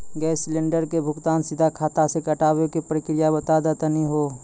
Gas cylinder के भुगतान सीधा खाता से कटावे के प्रक्रिया बता दा तनी हो?